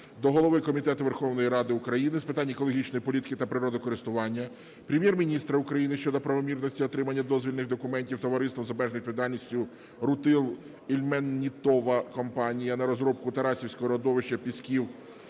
до голови Комітету Верховної Ради України з питань екологічної політики та природокористування, Прем'єр-міністра України щодо правомірності отримання дозвільних документів Товариством з обмеженою відповідальністю "РУТИЛ-ІЛЬМЕНІТОВА КОМПАНІЯ" на розробку Тарасівського родовища пісків